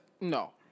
No